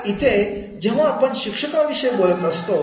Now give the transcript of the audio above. तर इथे जेव्हा आपण शिक्षकां विषयी बोलत असतो